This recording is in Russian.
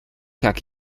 как